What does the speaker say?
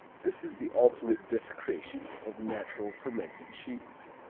this is the ultimate desecration of natural fermented cheese.